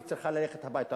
היא צריכה ללכת הביתה.